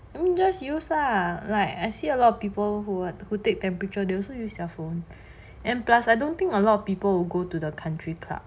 I mean just use lah like I see a lot of people who would who take temperature they also use your phone and plus I don't think a lot of people will go to the country club